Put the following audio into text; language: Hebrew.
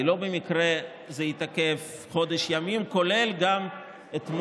הרי לא במקרה זה התעכב חודש ימים, כולל גם אתמול,